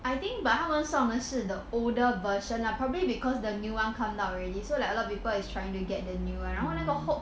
I think but 他们 summer 似的 older version I probably because the new one 看到 already so like a lot of people is trying to get the new I don't want to go home